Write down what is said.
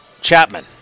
Chapman